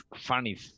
funny